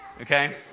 okay